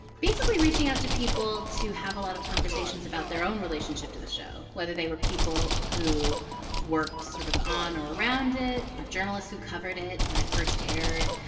basically reaching out to people to have a lot of conversations about their own relationship to the show, whether they were people who worked sort of on or around it or journalists who covered it when it first aired,